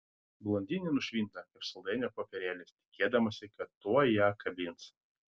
blondinė nušvinta kaip saldainio popierėlis tikėdamasi kad tuoj ją kabins